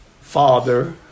Father